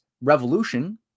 revolution